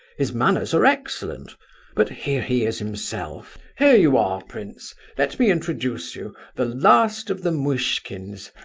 his manners are excellent but here he is himself. here you are, prince let me introduce you, the last of the muishkins,